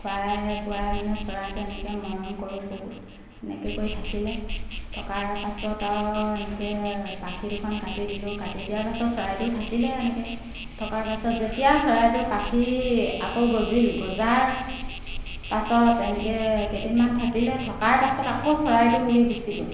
খুৱাই বুৱাই মানে চৰাইটো এনেকৈ মৰম কৰোঁ বহুত এনেকৈ কৰি থাকিলে থকাৰ পাছত আৰু এনেকৈ পাখি দুখন কাটি দিলোঁ কাটি দিয়াৰ পাছত চৰাইটো থাকিলে এনেকৈ থকাৰ পাছত যেতিয়া চৰাইটো পাখি আকৌ গজিল গজাৰ পাছত এনেকৈ কেইদিনমান থাকিলে থকাৰ পাছত আকৌ চৰাইটো উৰি গুচি গ'ল